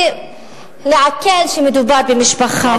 צריך לעכל שמדובר במשפחה.